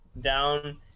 down